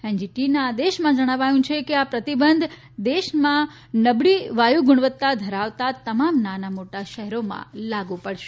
એનજીટીના આદેશમાં જણાવ્યું છે કે આ પ્રતિબંધ દેશના નબળી વાયુ ગુણવત્તા ધરાવતા તમામ નાન મોટા શહેરોમાં લાગુ પડશે